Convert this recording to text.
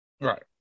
Right